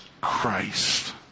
Christ